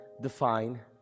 define